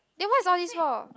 then what are all these for